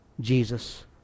Jesus